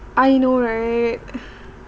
I know right